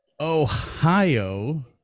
Ohio